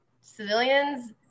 civilians